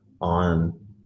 on